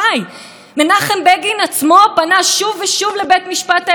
גם אביו של חבר הכנסת לשעבר אריה אלדד פנה אל בית משפט